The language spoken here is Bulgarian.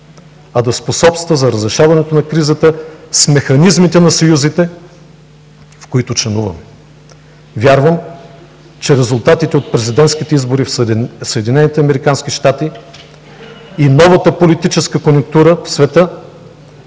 а да способства за разрешаването на кризата с механизмите на съюзите, в които членуваме. Вярвам, че резултатите от президентските избори в Съединените американски щати и новата